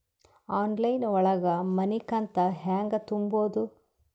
Online ಒಳಗ ಮನಿಕಂತ ಹ್ಯಾಂಗ ತುಂಬುದು?